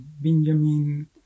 Benjamin